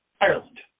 Ireland